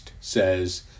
says